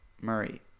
Murray